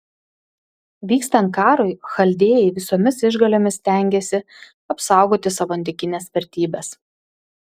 vykstant karui chaldėjai visomis išgalėmis stengiasi apsaugoti savo antikines vertybes